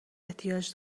احتیاج